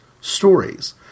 stories